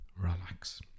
relax